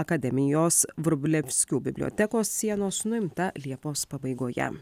akademijos vrublevskių bibliotekos sienos nuimta liepos pabaigoje